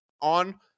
on